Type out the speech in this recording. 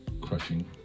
Crushing